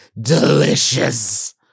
Delicious